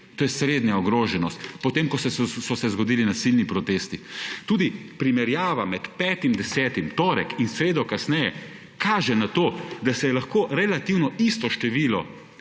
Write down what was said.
to je srednja ogroženost, potem ko so se zgodili nasilni protesti. Tudi primerjava med 5. 10., torek in sredo kasneje, kaže na to, da se je lahko relativno isto število